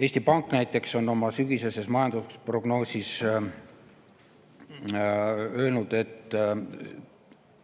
Eesti Pank on näiteks oma sügiseses majandusprognoosis öelnud, et